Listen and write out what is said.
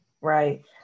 right